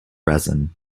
resin